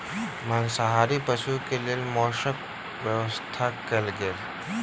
मांसाहारी पशुक लेल मौसक व्यवस्था कयल गेल